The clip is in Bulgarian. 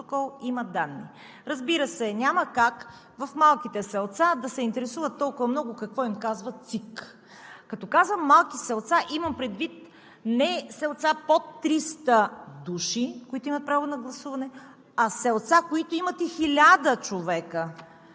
Разбира се, няма как в малките селца да се интересуват толкова много какво им казва ЦИК. Като казвам малки селца, имам предвид не селца с под 300 души, които имат право на гласуване, а селца, които имат и 1000 човека